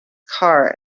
car